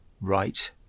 right